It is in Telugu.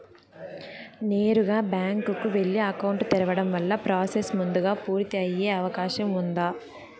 నేరుగా బ్యాంకు కు వెళ్లి అకౌంట్ తెరవడం వల్ల ప్రాసెస్ ముందుగా పూర్తి అయ్యే అవకాశం ఉందా?